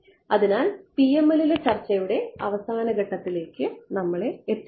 അതിനാൽ അത് PML ലെ ചർച്ചയുടെ അവസാനത്തിലേക്ക് നമ്മളെ എത്തിക്കുന്നു